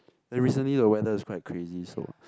and recently the weather is quite crazy so